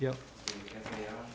yeah yeah